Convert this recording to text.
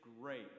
great